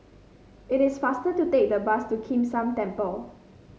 it is faster to take the bus to Kim San Temple